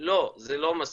לא, זה לא מספיק.